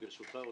ברשותך,